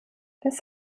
das